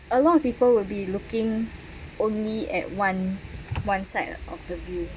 a lot of people will be looking only at one one side of the view